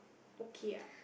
okay ah